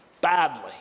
badly